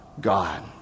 God